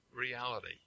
reality